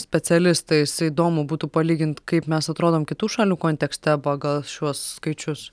specialistais įdomu būtų palygint kaip mes atrodom kitų šalių kontekste pagal šiuos skaičius